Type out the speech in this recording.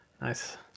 Nice